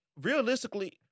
Realistically